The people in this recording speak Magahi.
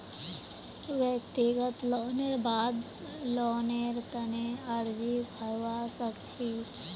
व्यक्तिगत लोनेर बाद लोनेर तने अर्जी भरवा सख छि